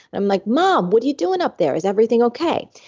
i'm like mom, what are you doing up there? is everything okay?